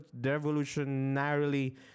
revolutionarily